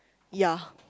ya